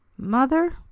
mother!